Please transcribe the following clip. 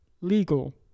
legal